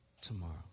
tomorrow